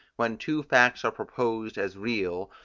when two facts are proposed, as real,